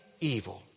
evil